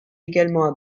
également